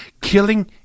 Killing